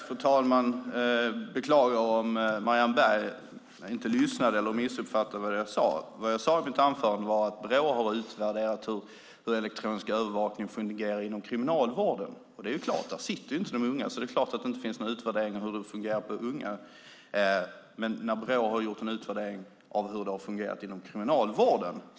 Fru talman! Jag beklagar om Marianne Berg inte lyssnade eller missuppfattade vad jag sade. Vad jag sade i mitt anförande var att Brå har utvärderat hur elektronisk övervakning fungerar inom kriminalvården. Där sitter inte de unga, så det är klart att det inte finns någon utvärdering av hur det fungerar på unga. Brå har gjort en utvärdering av hur det har fungerat inom kriminalvården.